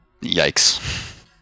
yikes